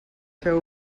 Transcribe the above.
feu